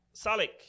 Salik